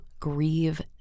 grieve